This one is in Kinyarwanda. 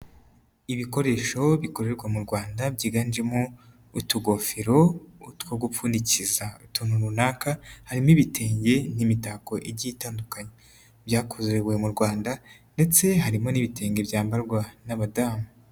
Ibikoresho bikorerwa mu Rwanda byiganjemo, utugofero, two gupfundikiza utuntu runaka. Harimo ibitenge n'imitako ibyitandukanye. Byakorewe mu Rwanda, ndetse harimo n'ibitenge byambarwa n'abadamu.